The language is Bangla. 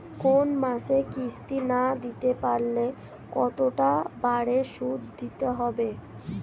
কোন মাসে কিস্তি না দিতে পারলে কতটা বাড়ে সুদ দিতে হবে?